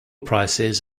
prices